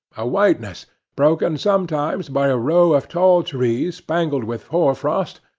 a whiteness broken sometimes by a row of tall trees spangled with hoarfrost,